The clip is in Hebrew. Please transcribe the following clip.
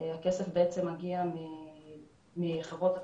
הכסף מגיע מחברות התקשורת,